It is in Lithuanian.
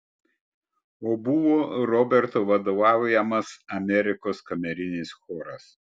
o buvo roberto vadovaujamas amerikos kamerinis choras